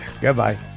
Goodbye